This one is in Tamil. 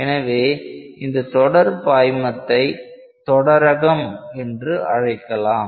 எனவே இந்த தொடர் பாய்மத்தை தொடரகம் என்று அழைக்கலாம்